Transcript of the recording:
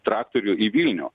traktorių į vilnių